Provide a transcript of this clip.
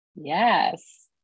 Yes